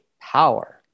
power